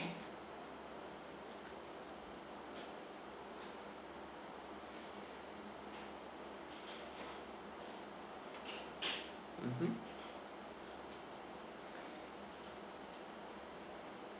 mmhmm